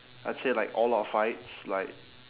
I'd say like all our fights like